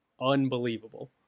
unbelievable